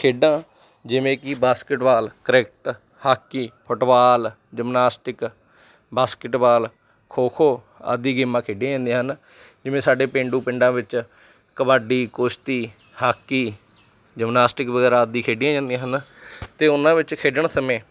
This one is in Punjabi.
ਖੇਡਾਂ ਜਿਵੇਂ ਕਿ basketball cricket hockey football gymnastic basketball kho kho ਆਦਿ ਗੇਮਾਂ ਖੇਡੀਆਂ ਜਾਂਦੀਆ ਹਨ ਜਿਵੇਂ ਸਾਡੇ ਪੇਂਡੂ ਪਿੰਡਾਂ ਵਿੱਚ ਕਬੱਡੀ ਕੁਸ਼ਤੀ ਹਾਕੀ ਜਿਮਨਾਸਟਿਕ ਵਗੈਰਾ ਆਦਿ ਖੇਡੀਆਂ ਜਾਂਦੀਆਂ ਹਨ ਅਤੇ ਉਹਨਾਂ ਵਿੱਚ ਖੇਡਣ ਸਮੇਂ